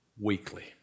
weekly